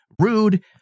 rude